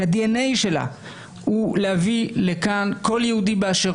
שהדנ"א שלה הוא להביא לכאן כל יהודי באשר